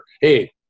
Hey